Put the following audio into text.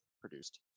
produced